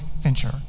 Fincher